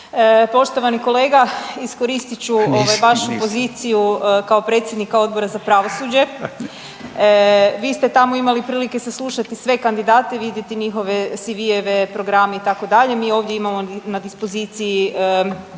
Poštovani kolega iskoristit ću vašu poziciju kao predsjednika Odbora za pravosuđe, vi ste tamo imali prilike saslušati sve kandidate i vidjeti njihove CV-eve, programe itd., mi ovdje imamo na dispoziciji